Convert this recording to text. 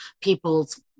People's